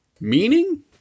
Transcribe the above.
Meaning